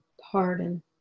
pardon